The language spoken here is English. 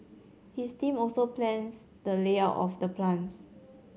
his team also plans the layout of the plants